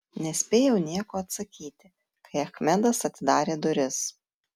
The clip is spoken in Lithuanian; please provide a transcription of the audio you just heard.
nespėjau nieko atsakyti kai achmedas atidarė duris